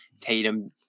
Tatum